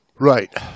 Right